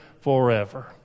forever